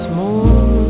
more